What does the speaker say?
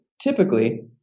typically